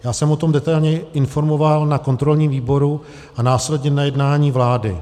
Já jsem o tom detailněji informoval na kontrolním výboru a následně na jednání vlády.